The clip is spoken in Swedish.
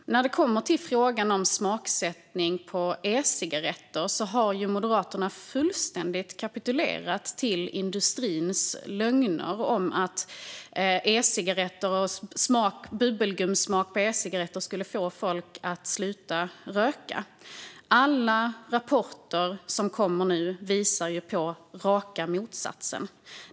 Men när det kommer till frågan om smaksättning av e-cigaretter har Moderaterna fullständigt kapitulerat för industrins lögner om att bubbelgumssmak på e-cigaretter skulle få folk att sluta röka. Alla rapporter som kommer nu visar på raka motsatsen.